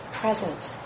present